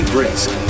Brisk